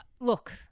look